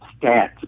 stats